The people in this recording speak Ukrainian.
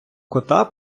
кота